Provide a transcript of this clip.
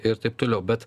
ir taip toliau bet